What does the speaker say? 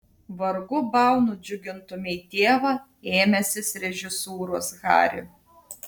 vargu bau nudžiugintumei tėvą ėmęsis režisūros hari